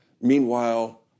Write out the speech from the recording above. Meanwhile